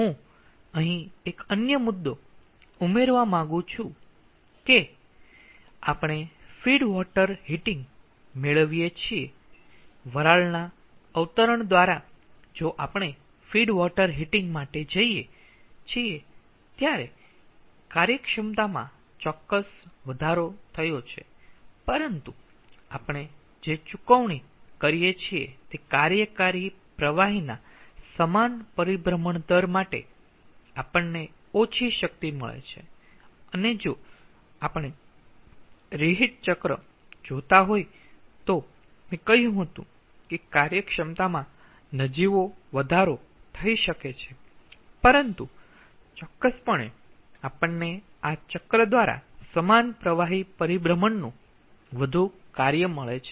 હું અહીં એક અન્ય મુદ્દો ઉમેરવા માંગુ છું કે આપણે ફીડ વોટર હીટિંગ મેળવીએ છીએ વરાળના અવતરણ દ્વારા જો આપણે ફીડ વોટર હીટિંગ માટે જઈએ છીએ ત્યારે કાર્યક્ષમતામાં ચોક્કસ વધારો થયો છે પરંતુ આપણે જે ચૂકવણી કરીએ છીએ તે કાર્યકારી પ્રવાહીના સમાન પરિભ્રમણ દર માટે આપણને ઓછી શક્તિ મળે છે અને જો આપણે રીહિટ ચક્ર જોતા હોય તો મેં કહ્યું હતું કે કાર્યક્ષમતામાં નજીવો વધારો થઈ શકે છે પરંતુ ચોક્કસપણે આપણને આ ચક્ર દ્વારા સમાન પ્રવાહી પરિભ્રમણનું વધુ કાર્ય મળે છે